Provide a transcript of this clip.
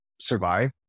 survive